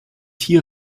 hier